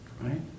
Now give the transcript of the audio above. Right